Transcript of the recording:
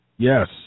Yes